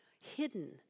hidden